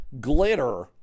glitter